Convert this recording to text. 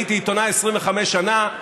הייתי עיתונאי 25 שנה,